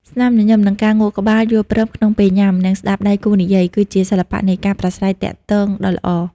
ស្នាមញញឹម និងការងក់ក្បាលយល់ស្របក្នុងពេលញ៉ាំ និងស្ដាប់ដៃគូនិយាយ គឺជាសិល្បៈនៃការប្រាស្រ័យទាក់ទងដ៏ល្អ។